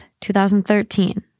2013